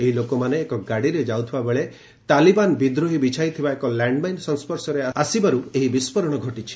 ଏହି ଲୋକମାନେ ଏକ ଗାଡ଼ିରେ ଯାଉଥିବାବେଳେ ତାଲିବାନ ବିଦ୍ରୋହୀ ବିଚ୍ଚାଇଥିବା ଏକ ଲ୍ୟାଣ୍ଡମାଇନ୍ ସଂସ୍କର୍ଶରେ ତାହା ଆସିବାରୁ ଏହି ବିସ୍ଫୋରଣ ଘଟିଛି